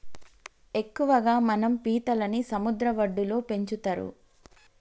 ఎక్కువగా మనం పీతలని సముద్ర వడ్డులో పెంచుతరు